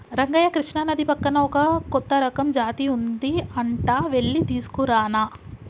రంగయ్య కృష్ణానది పక్కన ఒక కొత్త రకం జాతి ఉంది అంట వెళ్లి తీసుకురానా